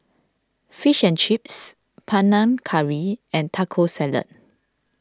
Fish and Chips Panang Curry and Taco Salad